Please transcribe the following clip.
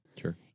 Sure